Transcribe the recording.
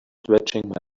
stretching